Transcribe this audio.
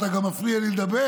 אתה גם מפריע לי לדבר?